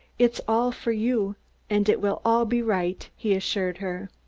it's all for you and it will all be right, he assured her.